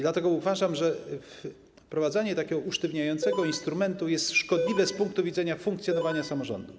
Dlatego uważam, że wprowadzanie takiego usztywniającego instrumentu jest szkodliwe z punktu widzenia funkcjonowania samorządu.